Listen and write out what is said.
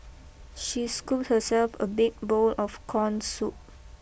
she scooped herself a big bowl of corn soup